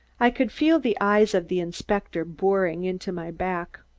i could feel the eyes of the inspector boring into my back.